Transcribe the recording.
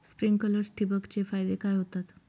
Sprinklers ठिबक चे फायदे काय होतात?